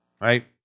right